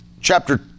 chapter